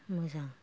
मोजां